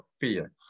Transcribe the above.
fear